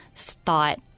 thought